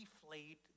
deflate